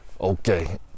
okay